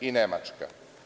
i Nemačka.